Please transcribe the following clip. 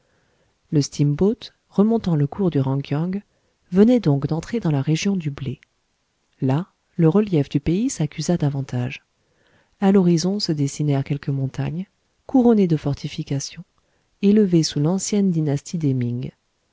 le steamboat remontant le cours du ran kiang venait donc d'entrer dans la région du blé là le relief du pays s'accusa davantage a l'horizon se dessinèrent quelques montagnes couronnées de fortifications élevées sous l'ancienne dynastie